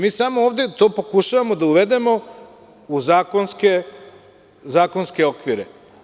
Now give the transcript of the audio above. Mi samo pokušavamo da uvedemo u zakonske okvire.